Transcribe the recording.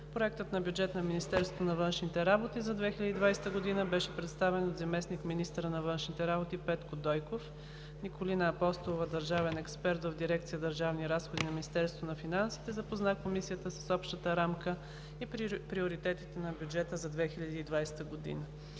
Проектът на бюджет на Министерството на външните работи за 2020 г. беше представен от заместник-министъра на външните работи Петко Дойков. Николина Апостолова – държавен експерт в дирекция „Държавни разходи“ на Министерството на финансите, запозна Комисията с общата рамка и приоритетите на бюджета за 2020 г.